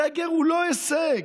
סגר הוא לא הישג.